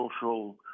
social